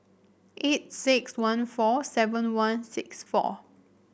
eight six one four seven one six four